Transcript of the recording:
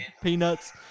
peanuts